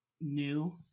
new